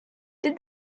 did